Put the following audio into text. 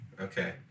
Okay